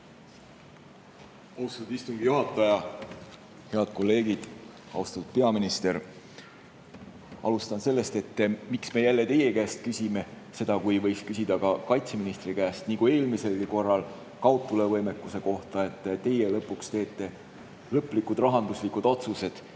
Austatud istungi juhataja! Head kolleegid! Austatud peaminister! Alustan sellest, miks me seda jälle teie käest küsime, kui võiks küsida kaitseministri käest, nii nagu oli eelmiselgi korral kaudtulevõimekuse teemal. Teie lõpuks teete lõplikud rahanduslikud otsused.